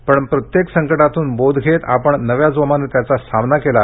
पण प्रत्येक संकटातून बोध घेत आपण नव्या जोमानं त्यांचा सामना केला